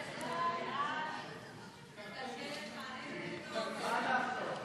ההצעה להעביר את הצעת חוק